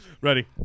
Ready